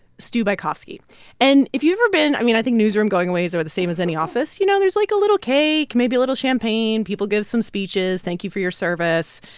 stu bykofsky and if you've ever been i mean, i think newsroom going-aways are the same as any office. you know, there's like a little cake, maybe a little champagne. people give some speeches. thank you for your service.